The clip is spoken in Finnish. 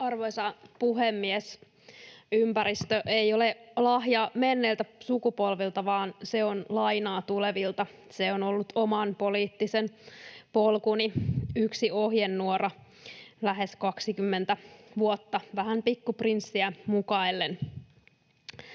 Arvoisa puhemies! Ympäristö ei ole lahja menneiltä sukupolvilta, vaan se on lainaa tulevilta. Se on ollut oman poliittisen polkuni yksi ohjenuora lähes 20 vuotta vähän Pikku Prinssiä mukaillen.